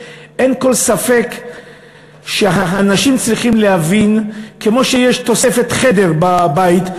אין כל ספק שאנשים צריכים להבין: כמו שיש תוספת חדר בבית,